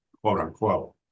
quote-unquote